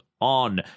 on